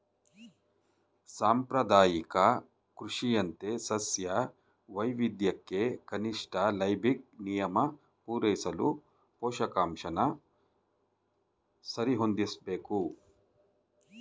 ಸಾಂಪ್ರದಾಯಿಕ ಕೃಷಿಯಂತೆ ಸಸ್ಯ ವೈವಿಧ್ಯಕ್ಕೆ ಕನಿಷ್ಠ ಲೈಬಿಗ್ ನಿಯಮ ಪೂರೈಸಲು ಪೋಷಕಾಂಶನ ಸರಿಹೊಂದಿಸ್ಬೇಕು